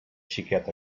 xiquet